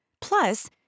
Plus